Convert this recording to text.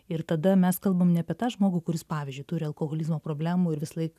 ir tada mes kalbam ne apie tą žmogų kuris pavyzdžiui turi alkoholizmo problemų ir visąlaik